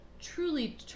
truly